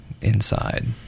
inside